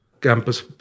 campus